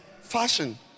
fashion